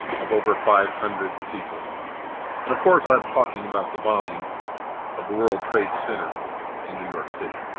of over five hundred people. and of course, i'm talking about the bombing of the world trade center in new york city.